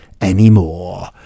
anymore